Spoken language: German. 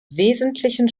wesentlichen